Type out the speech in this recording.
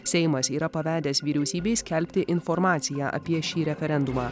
seimas yra pavedęs vyriausybei skelbti informaciją apie šį referendumą